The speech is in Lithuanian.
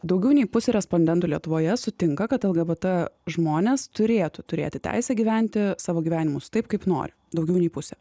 daugiau nei pusė respondentų lietuvoje sutinka kad lgbt žmonės turėtų turėti teisę gyventi savo gyvenimus taip kaip nori daugiau nei pusė